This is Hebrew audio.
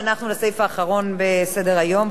ואנחנו לסעיף האחרון בסדר-היום,